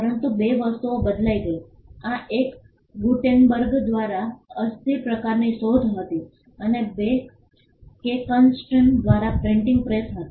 પરંતુ બે વસ્તુઓ બદલાઈ ગઈ આ એક ગુટેનબર્ગ દ્વારા અસ્થિર પ્રકારની શોધ હતી અને બે કેક્સ્ટન દ્વારા પ્રિન્ટિંગ પ્રેસ હતી